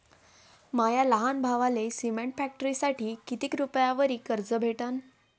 माया लहान भावाले सिमेंट फॅक्टरीसाठी कितीक रुपयावरी कर्ज भेटनं?